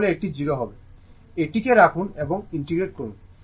এটিকে রাখুন এবং ইন্টিগ্রেট করুন